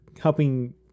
helping